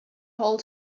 hold